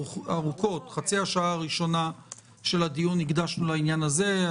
את חצי השעה הראשונה של הדיון הקדשנו לעניין הזה.